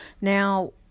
Now